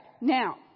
Now